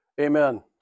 Amen